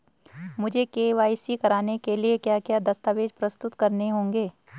मुझे के.वाई.सी कराने के लिए क्या क्या दस्तावेज़ प्रस्तुत करने होंगे?